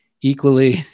equally